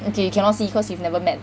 okay you cannot see cause you've never met